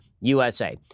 USA